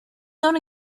known